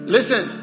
Listen